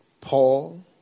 Paul